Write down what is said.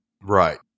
Right